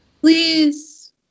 Please